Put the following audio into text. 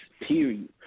period